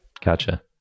gotcha